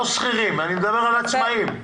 לא שכירים, אני מדבר על עצמאים.